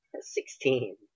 sixteen